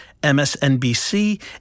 MSNBC